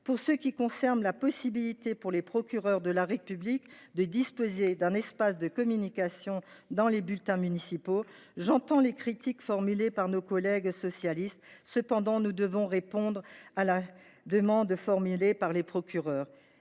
En ce qui concerne la possibilité, pour les procureurs de la République, de disposer d’un espace de communication dans les bulletins municipaux, j’entends les critiques formulées par nos collègues socialistes. Cependant, nous devons répondre à la demande formulée par les procureurs.